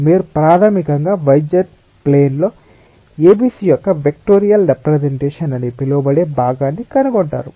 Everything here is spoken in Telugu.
మీరు ప్రాథమికంగా y z ప్లేన్ లో ABC యొక్క వెక్టోరియల్ రెప్రెసెంటేషన్ అని పిలవబడే భాగాన్ని కనుగొంటారు